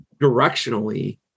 directionally